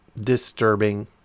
disturbing